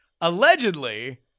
allegedly